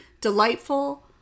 delightful